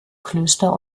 klöster